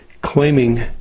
claiming